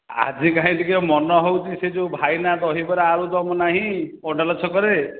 ଆଜି କାଇଁ ଟିକିଏ ମନ ହେଉଛି ସେ ଯେଉଁ ଭାଇନା ଦହିବରା ଆଳୁଦମ୍ ନାହିଁ ଅଡ଼ାଲ୍ଛକରେ